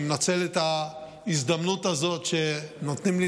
ואני מנצל את ההזדמנות הזאת שנותנים לי